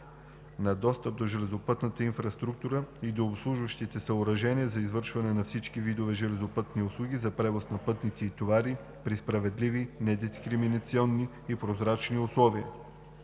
на достъп до железопътната инфраструктура и до обслужващите съоръжения за извършване на всички видове железопътни услуги за превоз на пътници и товари при справедливи, недискриминационни и прозрачни условия.“